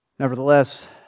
Nevertheless